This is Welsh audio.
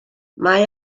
mae